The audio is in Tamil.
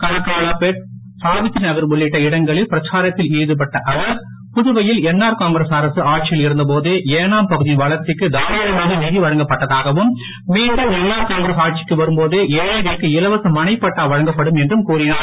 கனகாலபேட் சாவித்திரி நகர் உள்ளிட்ட இடங்களில் பிரச்சாரத்தில் ஈடுபட்ட அவர் புதுவையில் என்ஆர் காங்கிரஸ் அரசு ஆட்சியில் இருந்தபோது ஏனாம் பகுதியின் வளர்ச்சிக்கு தாராளமாக நிதி வழங்கப்பட்டதாகவும் மீண்டும் என்ஆர் காங்கிரஸ் ஆட்சிக்கு வரும் போது ஏழைகளுக்கு இலவச மனைப்பட்டா வழங்கப்படும் என்றும் கூறினார்